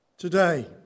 Today